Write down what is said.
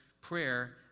prayer